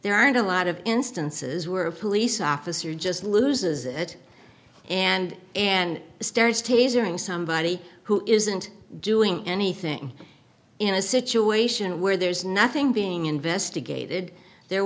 there aren't a lot of instances where a police officer just loses it and and starts tasering somebody who isn't doing anything in a situation where there's nothing being investigated there